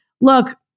look